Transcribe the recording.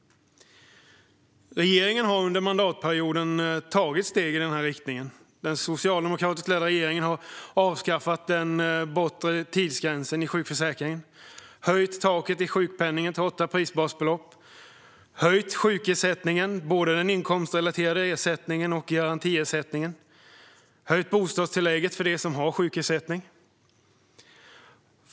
Regeringen har under mandatperioden tagit steg i denna riktning. Den socialdemokratiskt ledda regeringen har avskaffat den bortre tidsgränsen i sjukförsäkringen, höjt taket för sjukpenningen till 8 prisbasbelopp, höjt sjukersättningen, både den inkomstrelaterade ersättningen och garantiersättningen, samt höjt bostadstillägget för dem som har sjukersättning.